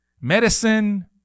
medicine